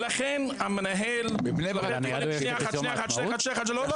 בבני ברק חוגגים את יום העצמאות?